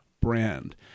brand